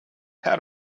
had